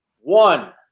one